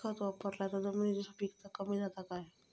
खत वापरला तर जमिनीची सुपीकता कमी जाता काय?